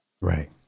Right